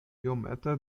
iomete